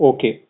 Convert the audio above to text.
Okay